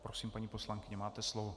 Prosím, paní poslankyně, máte slovo.